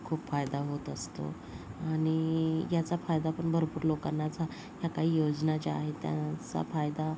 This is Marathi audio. खूप फायदा होत असतो आणि याचा फायदा पण भरपूर लोकांना झा ह्या काही योजना ज्या आहेत त्यांचा फायदा